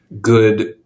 good